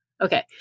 Okay